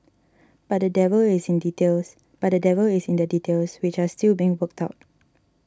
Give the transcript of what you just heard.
but the devil is in details but the devil is in the details which are still being worked out